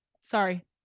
sorry